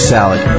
Salad